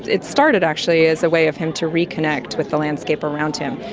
it started actually as a way of him to reconnect with the landscape around him.